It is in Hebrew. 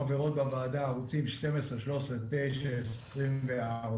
חברות בוועדה הערוצים 12, 13, 9, 24,